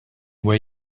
way